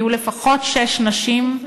יהיו לפחות שש נשים,